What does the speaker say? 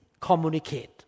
communicate